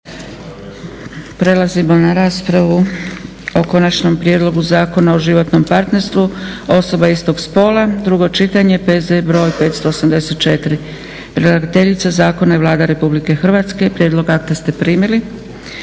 Prelazimo na raspravu o - Konačni prijedlog Zakona o životnom partnerstvu osoba istog spola, drugo čitanje, P.Z. br. 584 Predlagateljica zakona je Vlada RH. Prijedlog akta ste primili.